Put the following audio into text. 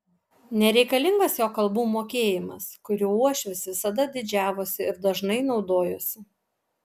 nereikalingas jo kalbų mokėjimas kuriuo uošvis visada didžiavosi ir dažnai naudojosi